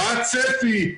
מה הצפי,